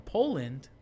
Poland